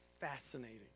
fascinating